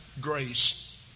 grace